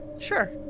Sure